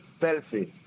Selfie